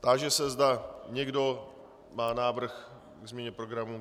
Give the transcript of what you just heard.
Táži se, zda někdo má návrh ke změně programu.